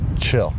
chill